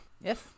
Yes